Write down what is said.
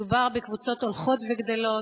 מדובר בקבוצות הולכות וגדלות.